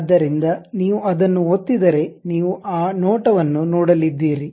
ಆದ್ದರಿಂದ ನೀವು ಅದನ್ನು ಒತ್ತಿದರೆ ನೀವು ಆ ನೋಟವನ್ನು ನೋಡಲಿದ್ದೀರಿ